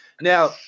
Now